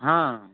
ହଁ